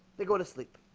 they go to sleep